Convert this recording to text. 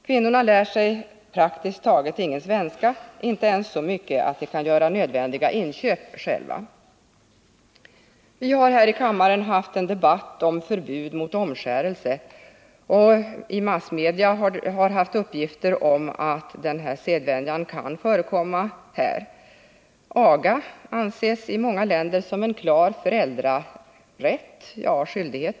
Kvinnorna lär sig praktiskt taget ingen svenska, inte ens så mycket att de kan göra nödvändiga inköp själva. Vi har här i kammaren haft en debatt om förbud mot omskärelse av kvinnor, och massmedia har haft uppgifter om att denna sedvänja kan förekomma i vårt land. Aga anses i många länder som en klar föräldrarätt — ja,t.o.m.